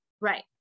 Right